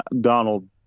Donald